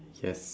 yes